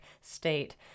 State